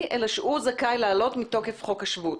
אלא שהוא זכאי לעלות מתוקף חוק השבות.